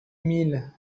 mille